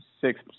six